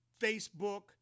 Facebook